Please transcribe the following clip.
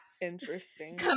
interesting